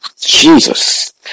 Jesus